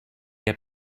heb